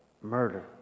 murder